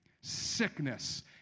sickness